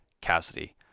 Cassidy